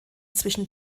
zwischen